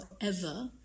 Forever